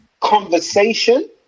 conversation